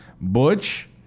Butch